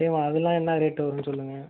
சரிம்மா அதெலாம் என்ன ரேட் வருதுனு சொல்லுங்கள்